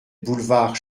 boulevard